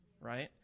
right